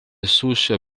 souche